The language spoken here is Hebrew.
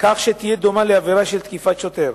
כך שתהיה דומה לעבירה של תקיפת שוטר: